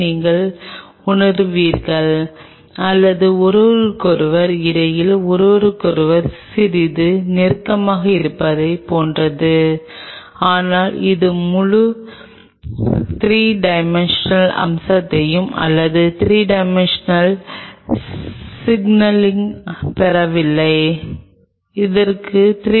நீங்கள் ஒரு அடி மூலக்கூறுடன் இதைச் செய்தவுடன் அடுத்த விஷயம் இப்போது நீங்கள் இதை உண்மையிலேயே எடுத்துக் கொள்ள வேண்டும் எடுத்துக்காட்டாக பாலி டி லைசின் பி